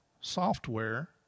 software